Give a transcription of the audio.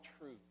truth